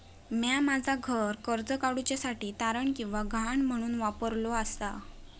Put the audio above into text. म्या माझा घर कर्ज काडुच्या साठी तारण किंवा गहाण म्हणून वापरलो आसा